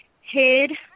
hid